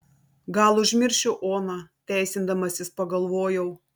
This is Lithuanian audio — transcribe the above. gal užmiršiu oną teisindamasis pagalvojau